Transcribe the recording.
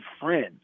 friend